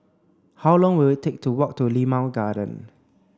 how long will it take to walk to Limau Garden